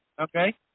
okay